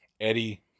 Eddie